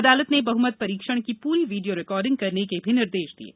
अदालत ने बहुमत परीक्षण की पूरी वीडियो रिकॉर्डिंग करने के भी निर्देश दिये